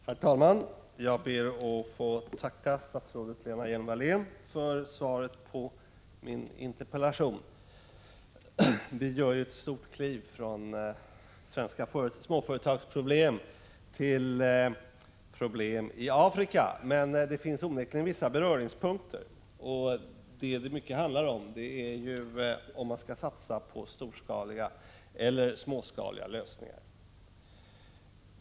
Herr talman! Jag ber att få tacka statsrådet Lena Hjelm-Wallén för svaret på min interpellation. Vi tar ett stort kliv från svenska småföretags problem till problem i Afrika, men det finns onekligen vissa beröringspunkter. Det handlar mycket om huruvida man skall satsa på storeller småskaliga lösningar.